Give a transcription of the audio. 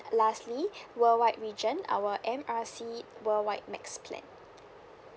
lastly worldwide region our M R C worldwide max plan